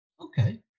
Okay